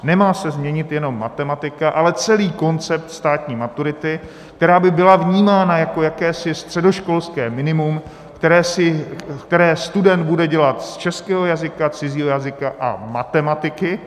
Nemá se změnit jenom matematika, ale celý koncept státní maturity, která by byla vnímána jako jakési středoškolské minimum, které student bude dělat z českého jazyka, cizího jazyka a matematiky.